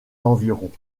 environ